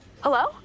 Hello